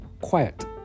quiet